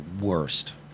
worst